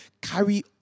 carry